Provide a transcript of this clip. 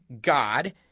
God